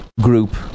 group